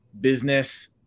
business